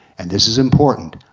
and this is important,